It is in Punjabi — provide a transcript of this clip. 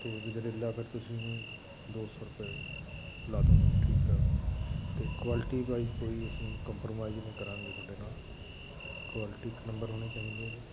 ਅਤੇ ਗਜਰੇਲਾ ਫਿਰ ਤੁਸੀਂ ਦੋ ਸੌ ਰੁਪਏ ਲਾ ਦੂੰਗੇ ਠੀਕ ਆ ਅਤੇ ਕੁਆਲਿਟੀ ਵਾਈਜ਼ ਕੋਈ ਅਸੀਂ ਕੰਪਰੋਮਾਈਜ਼ ਨਹੀਂ ਕਰਾਂਗੇ ਤੁਹਾਡੇ ਨਾਲ਼ ਕੁਆਲਿਟੀ ਇੱਕ ਨੰਬਰ ਹੋਣੀ ਚਾਹੀਦੀ ਇਹਦੀ